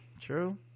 true